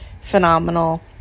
phenomenal